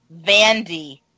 Vandy